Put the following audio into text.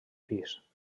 pis